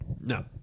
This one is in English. no